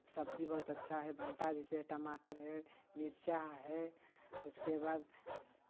सब्जी बहुत अच्छा है भाँटा जैसे टमाटर है मिर्चा है उसके बाद